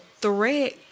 threat